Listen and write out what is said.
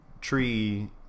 tree